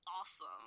awesome